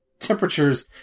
Temperatures